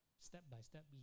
step-by-step